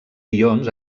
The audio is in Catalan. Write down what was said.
guions